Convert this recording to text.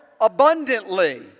abundantly